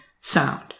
sound